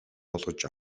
болгож